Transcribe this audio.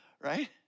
Right